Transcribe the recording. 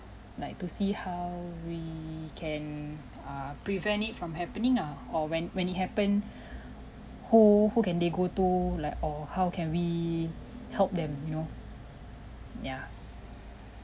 like to see how we can err prevent it from happening ah or when when it happen who who can they go to like or how can we help them you know ya